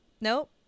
Nope